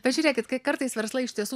pažiūrėkit kai kartais verslai iš tiesų